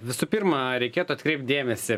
visų pirma reikėtų atkreipt dėmesį